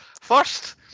First